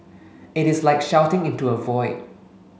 it is like shouting into a void